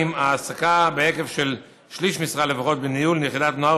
העסקה בהיקף של שליש משרה לפחות בניהול יחידת הנוער,